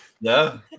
No